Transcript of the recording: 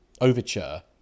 overture